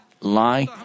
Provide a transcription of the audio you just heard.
lie